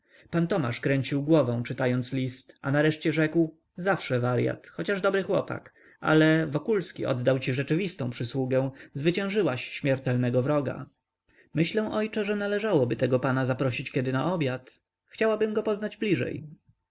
pan tomasz kręcił głową czytając list a nareszcie rzekł zawsze waryat chociaż dobry chłopak ale wokulski oddał ci rzeczywistą przysługę zwyciężyłaś śmiertelnego wroga myślę ojcze że należałoby tego pana zaprosić kiedy na obiad chciałabym go poznać bliżej